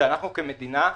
שאנחנו כמדינה,